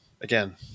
again